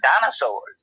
dinosaurs